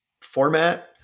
format